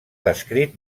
descrit